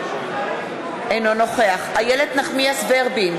אינו נוכח איילת נחמיאס ורבין,